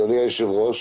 אדוני היושב-ראש,